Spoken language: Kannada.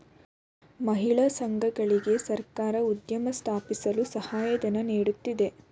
ಮಹಿಳಾ ಸಂಘಗಳಿಗೆ ಸರ್ಕಾರ ಉದ್ಯಮ ಸ್ಥಾಪಿಸಲು ಸಹಾಯಧನ ನೀಡುತ್ತಿದೆ